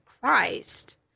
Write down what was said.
Christ